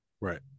right